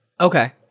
Okay